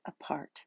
apart